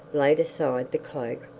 laid aside the cloak,